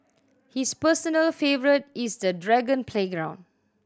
his personal favourite is the dragon playground